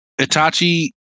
Itachi